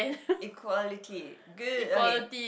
equality good okay